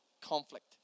conflict